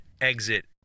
exit